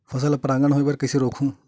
फसल ल परागण होय बर कइसे रोकहु?